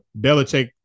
Belichick